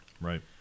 Right